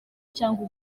cyangwa